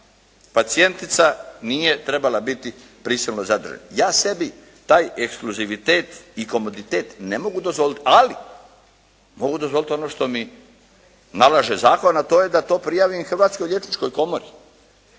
da pacijentica nije trebala biti prisilno zadržana. Ja sebi taj ekskluzivitet i komoditet ne mogu dozvoliti, ali mogu dozvoliti ono što mi nalaže zakon, a to je da to prijavim Hrvatskoj liječničkoj komori